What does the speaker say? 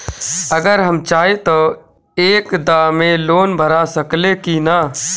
अगर हम चाहि त एक दा मे लोन भरा सकले की ना?